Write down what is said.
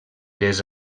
les